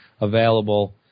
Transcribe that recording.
available